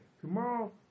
Tomorrow